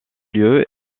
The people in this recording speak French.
lieu